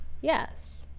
yes